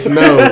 no